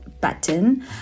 button